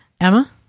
Emma